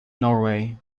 norway